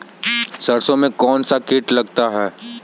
सरसों में कौनसा कीट लगता है?